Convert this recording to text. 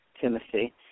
Timothy